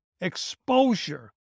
exposure